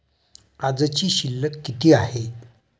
आजची शिल्लक किती आहे?